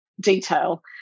detail